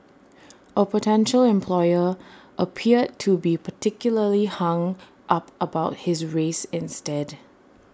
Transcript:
A potential employer appeared to be particularly hung up about his race instead